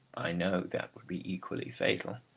i know that would be equally fatal.